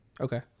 Okay